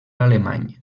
alemany